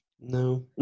No